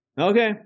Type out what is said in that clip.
okay